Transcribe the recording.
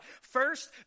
First